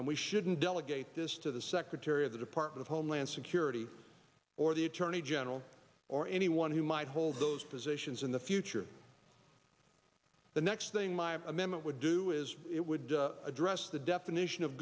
and we shouldn't delegate this to the secretary of the department of homeland security or the attorney general or anyone who might hold those positions in the future the next thing my amendment would do is it would address the definition of